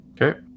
Okay